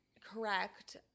correct